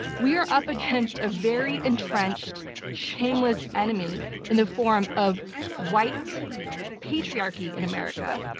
we are up against a very entrenched, shameless enemy in the form of white patriarchy in america.